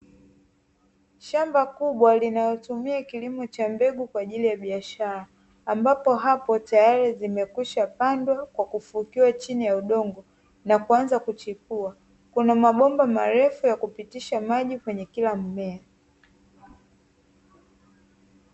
Shamba kubwa linalotumia kilimo cha mbegu kwaajili ya biashara, ambapo hapo zimekwisha pandwa kwa kufukiwa chini ya udongo na kuchipua. Kuna mabomba marefu ha kupitisha maji kwa kila mmea.